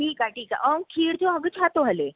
ठीकु आहे ठीकु आहे ऐं खीर जो अघु छा थो हले